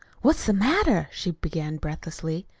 what's the matter? she began breathlessly.